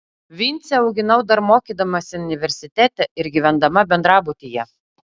vincę auginau dar mokydamasi universitete ir gyvendama bendrabutyje